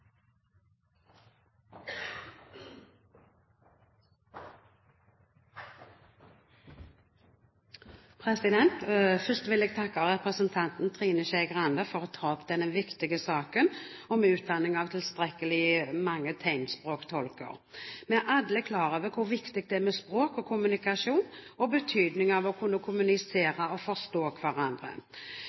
Først vil jeg takke representanten Trine Skei Grande for å ta opp denne viktige saken, om utdanning av tilstrekkelig mange tegnspråktolker. Vi er alle klar over hvor viktig det er med språk og kommunikasjon og betydningen av å kunne kommunisere og forstå hverandre.